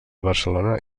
barcelona